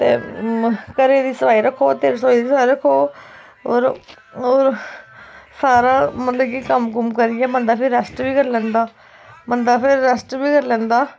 ते घरै दी सफाई रक्खो ते रसोई रसाई दी रक्खो होर सारा मतलब कि बंदा कम्म कुम्म करियै बंदा रैस्ट बी करी लैंदा बंदा फिर रैस्ट बी करी लैंदा